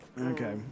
Okay